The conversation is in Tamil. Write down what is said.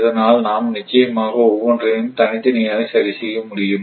இதனால் நாம் நிச்சயமாக ஒவ்வொன்றையும் தனித்தனியாக சரி செய்ய முடியும்